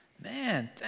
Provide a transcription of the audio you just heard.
Man